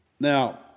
Now